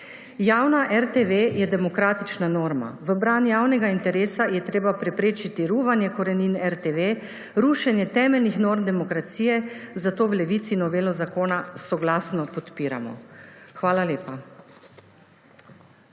Javna RTV je demokratična norma. V bran javnega interesa je treba preprečiti ruvanje korenin RTV, rušenje temeljnih norm demokracije, zato v Levici novelo zakona soglasno podpiramo. Hvala lepa.